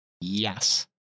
Yes